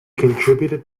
contributed